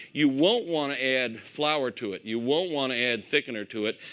you won't want to add flour to it. you won't want to add thickener to it.